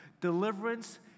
deliverance